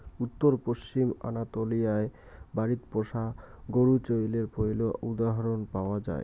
উত্তর পশ্চিম আনাতোলিয়ায় বাড়িত পোষা গরু চইলের পৈলা উদাহরণ পাওয়া যায়